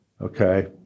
Okay